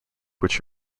which